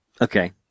Okay